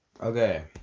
Okay